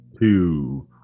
two